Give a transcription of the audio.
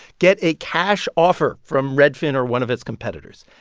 get a cash offer from redfin or one of its competitors.